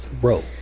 bro